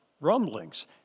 rumblings